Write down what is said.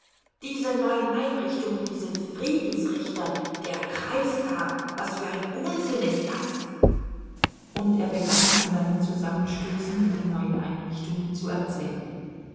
diese neuen einrichtungen diese friedensrichter der kreistag was für ein unsinn ist das und er begann von seinen zusammenstößen mit den neuen einrichtungen zu erzählen